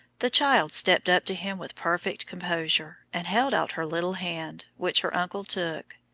the child stepped up to him with perfect composure, and held out her little hand, which her uncle took,